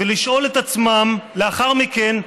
ולשאול את עצמם לאחר מכן: